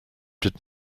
did